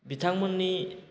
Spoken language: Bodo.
बिथांमोननि